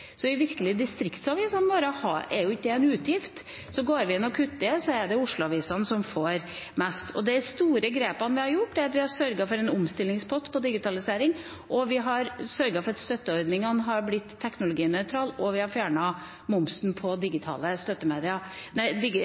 Så for de virkelige distriktsavisene våre er ikke det en utgift. Går vi inn og kutter, er det Oslo-avisene som får mest. De store grepene vi har gjort, er at vi har sørget for en omstillingspott for digitalisering, vi har sørget for at støtteordningene er blitt teknologinøytrale, og vi har fjernet momsen til digitale